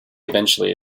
eventually